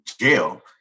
jail